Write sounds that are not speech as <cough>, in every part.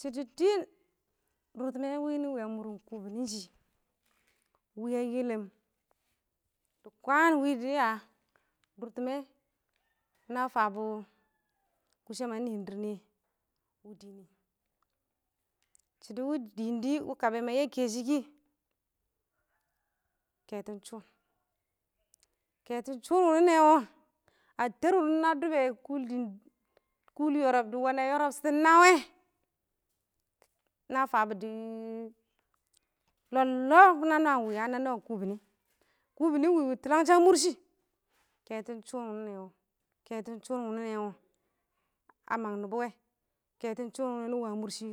Shɪdɔ dɪɪn a dʊrtɪmɛ wɪ nɪ wa mʊrɪn kubinin shɪ kɪ wɪ a yɛlɛm dɪ kwan wɪ dɪya dʊrtɪmɛ na fabɔ kʊshɛm a nɪn dɪrr nɪyɛ dɪɪn nɪ, shɪdɔ wɪ diin dɪ, wɪ kabɛ ma yɛ kɛ shɪ kɪ, kɛtɔn shʊn, kɛtɔn shʊn wɪ nɪ nɛ wɔ,a tɛɛr wʊnɪ na dʊbbɛ, kʊl yɔrɔb dɪ wɛnɛ yɔrɔb shɪtɪn naa wɛ, na fabu dɪ lɔb-lɔb na nwaam <unintelligible> na nwaam kubini, kubini ɪng wɪ wɪ tʊlangshɪn a mʊr shɪ, ketɔn shʊn wɪ nɪ nɛ wɔ, kɛtɔn shʊn wɪ nɪ nɛ wɔ a mang nɪbɔ wɛ, kɛtɔn shʊn wɪ nɪ nɛ nɪ wa mʊr shɪ,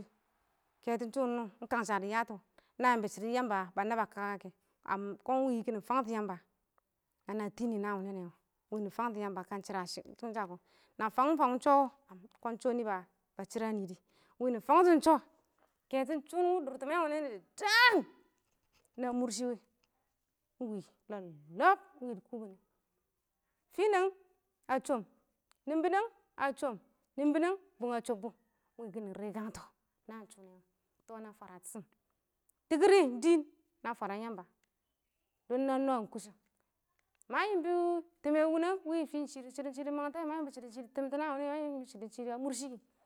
kɛtɔn shʊn wɪ nɪ nɛ wɔ ɪng kang sha dɪ yatɔ na yɪmbɔ shɪdo Yamba ba nab a kaka kɛ, amm kɔn wɪ kɪ nɪ fangtɔ Yamba nana a tɪnɪ naan wɪ nɪ nɛ wɔ ɪng wɪ nɪ fangtɔ Yamba ka ɪng shɪra kɪn sha kɔ, na fangɪm fangɪm shɔ, kɔn ɪng shɔ, shɔ nɪ ba shɪra nɪ dɪ. wɪ nɪ fangtɔ shɔ, kɛtɔ wɪ dʊrtɪmɛ wʊnɪ dɪ daan na mʊr shɪ wɪ ɪng wɪ lɔb-lɔb ɪng wɪ dɪ kubini, finəng a chob nɪmbɪnɛng a chob nɪmbɪnɛng bʊng a chobbu, ɪng wɪ kɪ nɪ rɪkangtɔ naan shʊ wɔ tɔ na fwaratɪshɪm, tikir rɪ ɪng dɪɪn na fwaram Yamba dɔn na nwan kʊshɛm, ma yɪmbʊ tɪmɛ wʊnɛng wɪ fɪ shɪdɔ shɪ dɪ mangtɛ, ma yɪmbɔ shɪdo shɪ dɪ tɪmtɛ, ma yɪmbɔ shɪdɔ ɪng shɪ a mʊr shɪ kɪ.